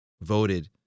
voted